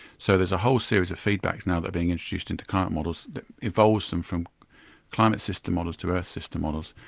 so there is a whole series of feedbacks now that are being introduced into climate models that evolves them from climate system models to earth system models,